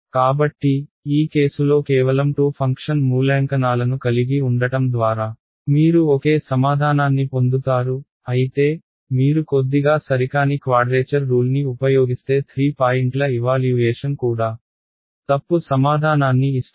కాబట్టి ఈ కేసులో కేవలం 2 ఫంక్షన్ మూల్యాంకనాలను కలిగి ఉండటం ద్వారా మీరు ఒకే సమాధానాన్ని పొందుతారు అయితే మీరు కొద్దిగా సరికాని క్వాడ్రేచర్ రూల్ని ఉపయోగిస్తే 3 పాయింట్ల ఇవాల్యూయేషన్ కూడా తప్పు సమాధానాన్ని ఇస్తుంది